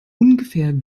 ungefähr